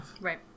Right